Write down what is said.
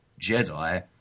Jedi